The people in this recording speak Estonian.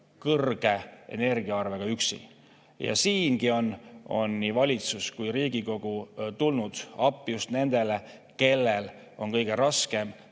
suure energiaarvega üksi. Siingi on nii valitsus kui ka Riigikogu tulnud appi just nendele, kellel on kõige raskem